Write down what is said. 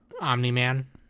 Omni-man